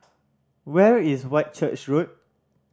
where is Whitchurch Road